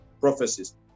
prophecies